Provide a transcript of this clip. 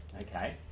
Okay